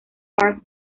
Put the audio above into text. park